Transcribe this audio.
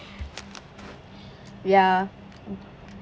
ya